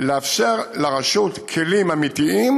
ולאפשר לרשות כלים אמיתיים,